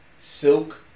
Silk